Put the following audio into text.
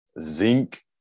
zinc